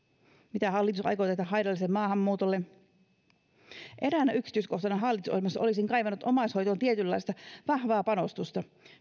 mitä hallitus aikoo tehdä haitalliselle maahanmuutolle eräänä yksityiskohtana hallitusohjelmassa olisin kaivannut omaishoitoon tietynlaista vahvaa panostusta